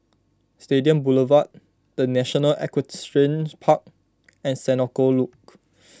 Stadium Boulevard the National Equestrian Park and Senoko Loop